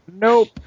Nope